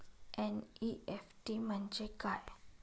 NEFT म्हणजे काय?